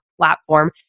platform